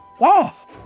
yes